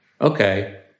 Okay